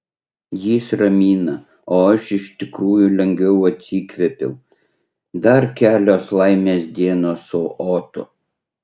jis ramina o aš iš tikrųjų lengviau atsikvėpiau dar kelios laimės dienos su otu